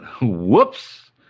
Whoops